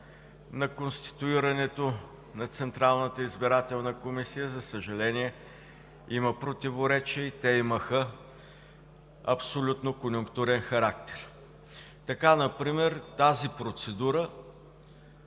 на конституирането на Централната избирателна комисия, за съжаление, има противоречия и те имаха абсолютно конюнктурен характер. Така например тази процедура